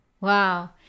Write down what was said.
Wow